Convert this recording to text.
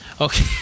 Okay